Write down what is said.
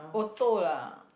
auto lah